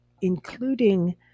including